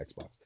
Xbox